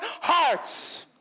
hearts